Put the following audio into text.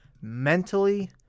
mentally